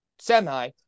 semi